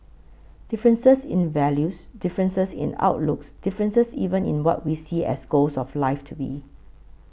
differences in values differences in outlooks differences even in what we see as goals of life to be